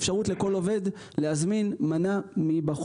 בצהריים ולילה יש אפשרות לכל עובד להזמין מנה מבחוץ,